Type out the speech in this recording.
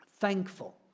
Thankful